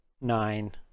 nine